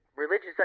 Religious